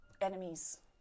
enemies